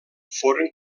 foren